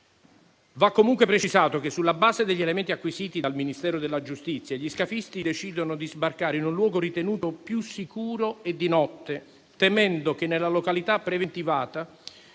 Va comunque precisato che, sulla base degli elementi acquisiti dal Ministero della giustizia, gli scafisti decidono di sbarcare in un luogo ritenuto più sicuro e di notte, temendo che nella località preventivata